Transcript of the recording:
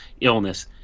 illness